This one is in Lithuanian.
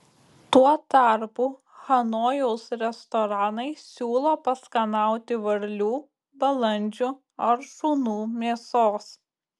tuo tarpu hanojaus restoranai siūlo paskanauti varlių balandžių ar šunų mėsos